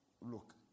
Look